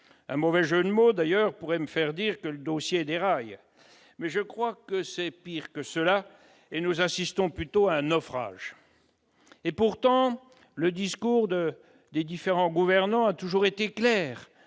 Un mauvais jeu de mots pourrait d'ailleurs me faire dire que le dossier déraille ... Je crois que c'est pire que cela : nous assistons plutôt à un naufrage. Pourtant, le discours des différents gouvernants a toujours été clair